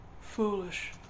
foolish